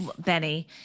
Benny